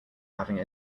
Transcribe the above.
having